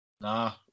Nah